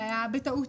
זה היה בטעות.